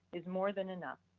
is more than enough.